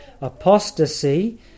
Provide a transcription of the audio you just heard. apostasy